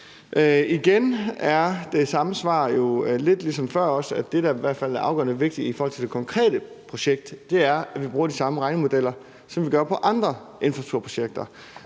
før, at det, der i hvert fald er afgørende vigtigt i forhold til det konkrete projekt, er, at vi bruger de samme regnemodeller, som vi gør på andre infrastrukturprojekter.